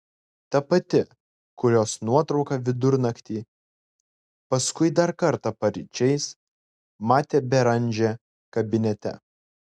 ta pati kurios nuotrauką vidurnaktį paskui dar kartą paryčiais matė beranžė kabinete